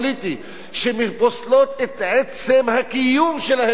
שפוסלות את עצם הקיום שלהם במולדתם,